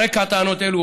על רקע טענות אלו,